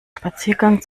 spaziergang